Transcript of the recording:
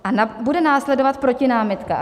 A bude následovat protinámitka.